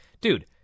Dude